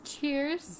Cheers